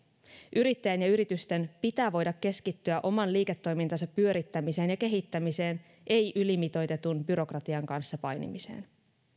yrittäjän ja yritysten pitää voida keskittyä oman liiketoimintansa pyörittämiseen ja kehittämiseen ei ylimitoitetun byrokratian kanssa painimiseen